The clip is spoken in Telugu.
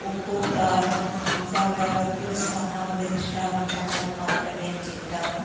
ఉప్పు కారం మసాలాలకు సంబంధించిన వంటకాలు మాత్రమే తింటాము